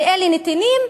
ואלה נתינים,